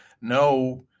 no